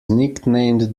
nicknamed